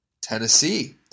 Tennessee